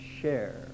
share